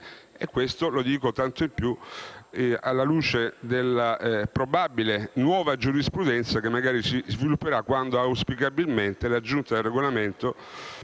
Questo lo dico tanto più alla luce della probabile nuova giurisprudenza che magari si svilupperà quando, auspicabilmente, la Giunta per il Regolamento